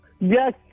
Yes